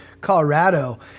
Colorado